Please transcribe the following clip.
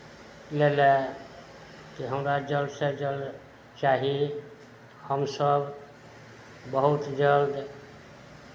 मिलय कि हमरा जल्दसँ जल्द चाही हमसभ बहुत जल्द